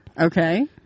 Okay